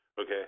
Okay